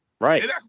Right